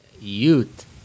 Youth